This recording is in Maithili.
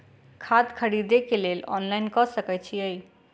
खाद खरीदे केँ लेल ऑनलाइन कऽ सकय छीयै?